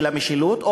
של המשילות,